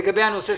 לגבי המסתננים,